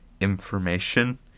information